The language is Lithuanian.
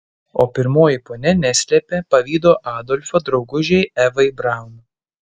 o pirmoji ponia neslėpė pavydo adolfo draugužei evai braun